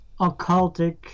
occultic